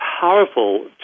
powerful